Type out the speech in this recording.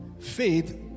Faith